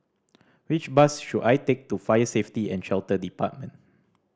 which bus should I take to Fire Safety And Shelter Department